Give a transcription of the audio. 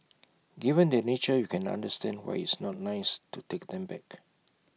given their nature you can understand why it's not nice to take them back